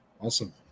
Awesome